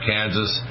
Kansas